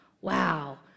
wow